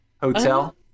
hotel